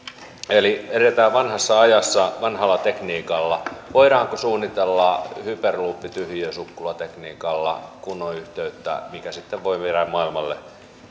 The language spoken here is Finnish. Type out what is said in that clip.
eli edetään vanhassa ajassa vanhalla tekniikalla voidaanko suunnitella hyperloop tyhjiösukkulatekniikalla kunnon yhteyttä mikä sitten voi viedä maailmalle